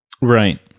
Right